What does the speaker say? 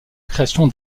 création